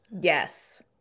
Yes